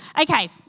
Okay